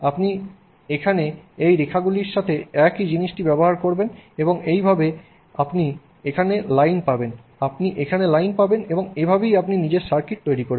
আপনি এখানে এই রেখাগুলির সাথে একই জিনিসটি করবেন এবং এইভাবে আপনি এখানে লাইন পাবেন আপনি এখানে লাইন পাবেন এবং এভাবেই আপনি নিজের সার্কিট উপাদান তৈরি করেন